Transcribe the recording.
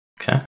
Okay